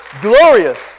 Glorious